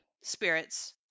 spirits